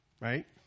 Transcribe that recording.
right